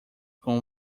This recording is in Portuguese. com